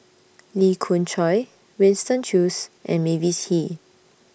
Lee Khoon Choy Winston Choos and Mavis Hee